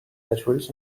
batteries